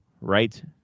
right